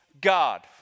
God